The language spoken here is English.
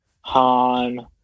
Han